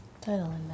title